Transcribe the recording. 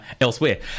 elsewhere